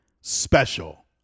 special